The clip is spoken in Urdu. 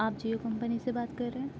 آپ جیو کمپنی سے بات کر رہے ہیں